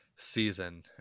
season